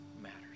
matters